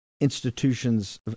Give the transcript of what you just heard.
institutions